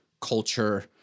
culture